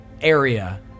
area